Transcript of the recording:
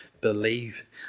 believe